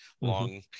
long